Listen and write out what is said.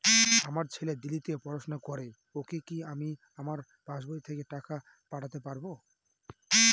আমার ছেলে দিল্লীতে পড়াশোনা করে ওকে কি আমি আমার পাসবই থেকে টাকা পাঠাতে পারব?